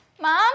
Mom